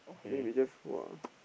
I think we just !wah!